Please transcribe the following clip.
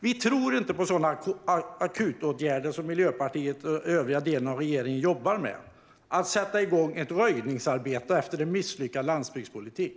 Vi tror inte på sådana akutåtgärder som Miljöpartiet och den övriga delen av regeringen jobbar med - att sätta igång ett röjningsarbete efter en misslyckad landsbygdspolitik.